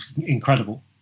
incredible